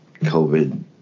COVID